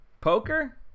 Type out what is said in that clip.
Poker